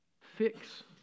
Fix